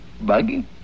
Buggy